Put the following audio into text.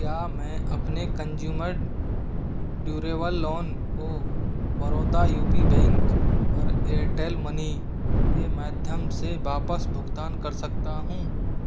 क्या मैं अपने कंज़्यूमर ड्यूरेबल लोन को बड़ौदा यू पी बैंक पर एयरटेल मनी के माध्यम से वापस भुगतान कर सकता हूँ